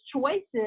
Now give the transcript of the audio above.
choices